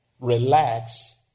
relax